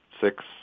six